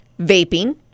Vaping